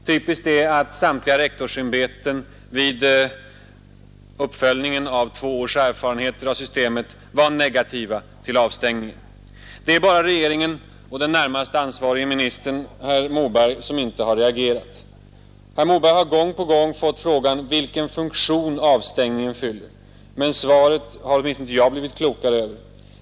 Typiskt är att samtliga rektorsämbeten vid uppföljningen av två års erfarenheter av systemet var negativa till avstängningen. Det är bara regeringen och det närmast ansvariga statsrådet, herr Moberg, som inte har reagerat. Herr Moberg har gång på gång fått frågan vilken funktion avstängningen fyller, men svaret har åtminstone jag inte blivit klokare av.